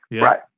Right